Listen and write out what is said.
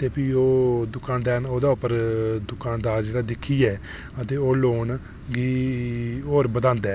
ते ओह् बी ओह् दुकानदार ओह्दे पर दिक्खियै ते ओह् लोन गी होर बधांदा